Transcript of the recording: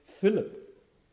Philip